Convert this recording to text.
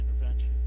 intervention